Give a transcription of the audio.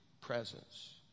presence